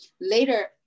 Later